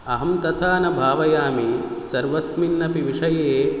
अहं तथा न भावयामि सर्वस्मिन्नपि विषये